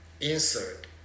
insert